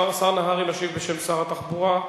השר נהרי משיב בשם שר התחבורה,